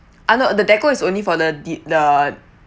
uh no the decor is only for the did the